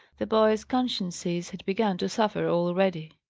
the boys' consciences had begun to suffer already.